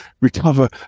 recover